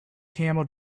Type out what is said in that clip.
camel